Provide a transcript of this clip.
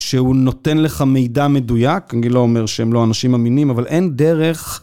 שהוא נותן לך מידע מדויק, אני לא אומר שהם לא אנשים אמינים, אבל אין דרך...